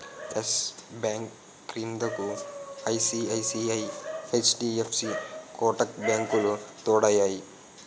yes Bank క్రిందకు ICICI, HDFC Kotak బ్యాంకులు తోడయ్యాయి